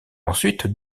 ensuite